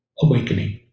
awakening